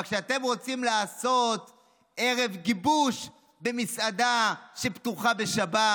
אבל כשאתם רוצים לעשות ערב גיבוש במסעדה שפתוחה בשבת,